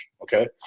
okay